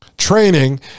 training